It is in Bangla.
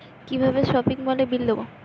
কিভাবে সপিং মলের বিল দেবো?